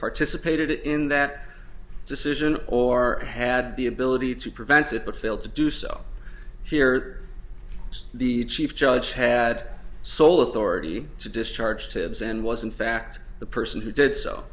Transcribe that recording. participated in that decision or had the ability to prevent it but failed to do so here the chief judge had sole authority to discharge heads and was in fact the person who did so